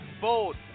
bold